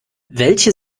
welche